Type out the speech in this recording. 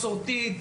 מסורתית,